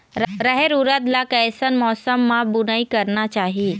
रहेर उरद ला कैसन मौसम मा बुनई करना चाही?